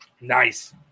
Nice